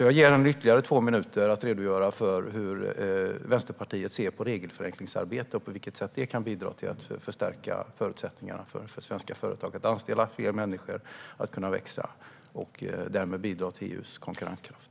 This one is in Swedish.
Jag ger henne ytterligare två minuter att redogöra för hur Vänsterpartiet ser på regelförenklingsarbete och på vilket sätt det kan bidra till att förstärka förutsättningarna för svenska företag att anställa fler människor och kunna växa och därmed bidra till EU:s konkurrenskraft.